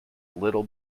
little